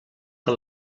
que